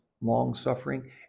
long-suffering